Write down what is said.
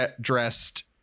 dressed